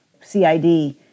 CID